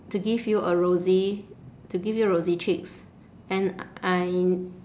to give you a rosy to give you rosy cheeks and I